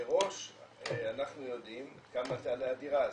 מראש אנחנו יודעים כמה תעלה הדירה הזאת,